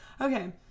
Okay